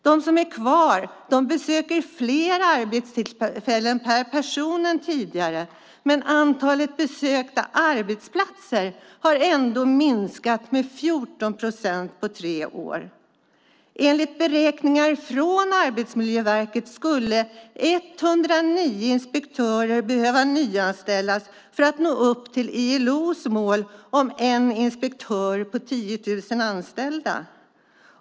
De som är kvar besöker fler arbetsställen per person än tidigare, men antalet besökta arbetsplatser har ändå minskat med 14 procent på tre år. Enligt beräkningar från Arbetsmiljöverket skulle 109 inspektörer behöva nyanställas för att nå upp till ILO:s mål om en inspektör per 10 000 anställda.